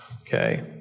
Okay